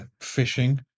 fishing